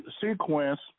sequence